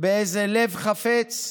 באיזה לב חפץ,